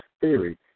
theory